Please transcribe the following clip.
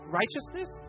righteousness